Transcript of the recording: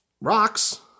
rocks